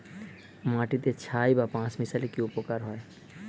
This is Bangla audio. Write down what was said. মাটিতে ছাই বা পাঁশ মিশালে কি উপকার হয়?